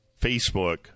Facebook